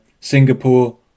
Singapore